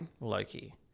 Loki